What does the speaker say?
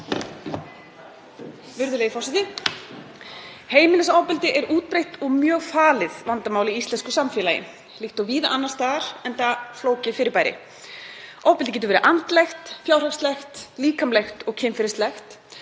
Virðulegi forseti. Heimilisofbeldi er útbreitt og mjög falið vandamál í íslensku samfélagi líkt og víða annars staðar, enda flókið fyrirbæri. Ofbeldið getur verið andlegt, fjárhagslegt, líkamlegt og kynferðislegt.